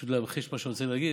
פשוט להמחיש את מה שאני רוצה להגיד.